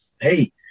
hey